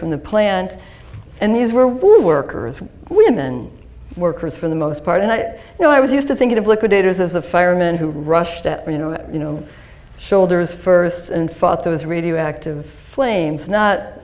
from the plant and these were workers women workers for the most part and i know i was used to thinking of liquidators as a fireman who rushed at me you know you know shoulders first and fatah's radioactive flames not